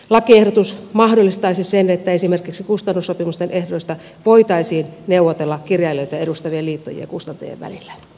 lakiehdotus mahdollistaisi sen että esimerkiksi kustannussopimusten ehdoista voitaisiin neuvotella kirjailijoita edustavien liittojen ja kustantajien välillä